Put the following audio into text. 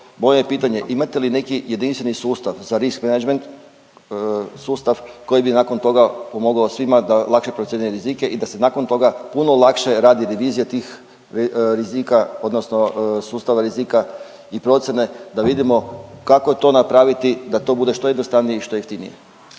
je pitanje, imate li neki jedinstveni sustav za risk menagement, sustav koji bi nakon toga pomogao svima da lakše procjene rizike i da se nakon toga puno lakše radi revizija tih rizika, odnosno sustava rizika i procjene da vidimo kako to napraviti da to bude što jednostavnije i što jeftinije.